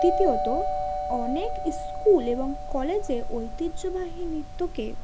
দ্বিতীয়ত অনেক স্কুল এবং কলেজে ঐতিহ্যবাহী নৃত্যকে